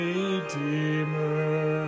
Redeemer